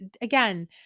again